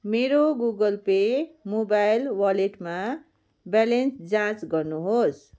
मेरो Google Pay mobile वालेटमा balance जाँच गर्नुहोस्